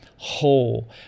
whole